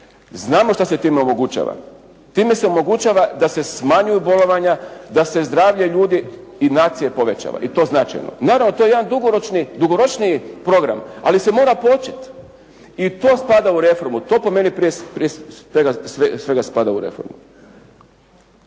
Znamo šta se time omogućava. Time se omogućava da se smanjuju bolovanja, da se zdravlje ljudi i nacije povećava i to značajno. Naravno, to je jedan dugoročniji program ali se mora početi. I to spada u reformu. To po meni prije svega spada u reformu.